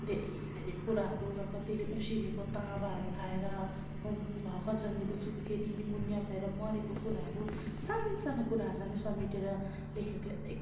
धेरै धेरै कुराहरू र कतिले उसिनेको तामाहरू खाएर भर्खर जन्मेको सुत्केरी निमुनिया भएर मरेको किराहरू सान्सानो कुराहरूलाई नि समेटेर लेखकले